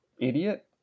idiot